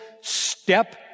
step